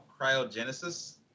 cryogenesis